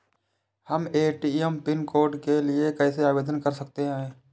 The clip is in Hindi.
हम ए.टी.एम पिन कोड के लिए कैसे आवेदन कर सकते हैं?